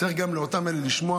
צריך גם את אותם אלה לשמוע,